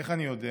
איך אני יודע?